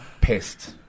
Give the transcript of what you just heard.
pissed